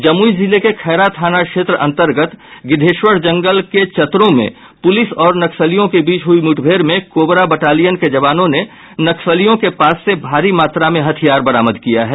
जमुई जिले के खैरा थाना क्षेत्र अंतर्गत गिदेश्वर जंगल के चतरों में पुलिस और नक्सलियों के बीच हुई मुठभेड़ में कोबरा बटालियन के जवानों ने नक्सलियों के पास से भारी मात्रा में हथियार बरामद किया है